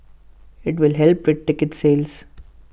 IT will help with ticket sales